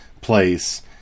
place